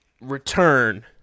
return